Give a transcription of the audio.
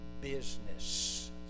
business